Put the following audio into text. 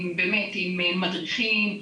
עם מדריכים,